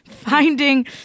Finding